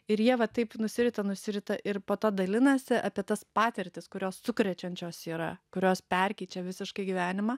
ir jie va taip nusirita nusirita ir po to dalinasi apie tas patirtis kurios sukrečiančios yra kurios perkeičia visiškai gyvenimą